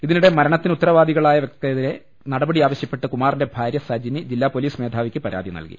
ഇതിനിടെ മരണത്തിന് ഉത്തരവാദികളായ വർക്കെതിരെ നടപടി ആവശ്യപ്പെട്ട് കുമാറിന്റെ ഭാര്യ സജിനി ജില്ലാ പൊലീസ് മേധാവിക്ക് പരാതി നൽകി